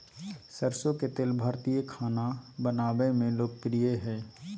सरसो के तेल भारतीय खाना बनावय मे लोकप्रिय हइ